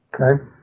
Okay